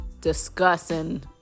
discussing